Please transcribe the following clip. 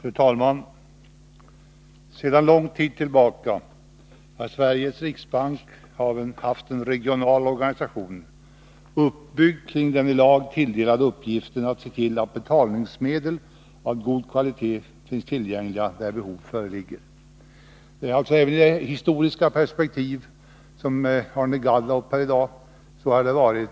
Fru talman! Sedan lång tid tillbaka har Sveriges riksbank haft en regional organisation uppbyggd kring den i lag tilldelade uppgiften att se till att betalningsmedel av god kvalitet finns tillgängliga där behov härav föreligger. Trots Arne Gadds anförande här i dag om de historiska perspektiven har